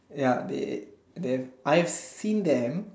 ya they they I seen them